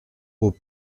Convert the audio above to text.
aux